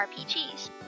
RPGs